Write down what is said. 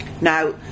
now